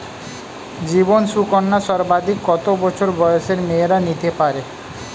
জীবন সুকন্যা সর্বাধিক কত বছর বয়সের মেয়েরা নিতে পারে?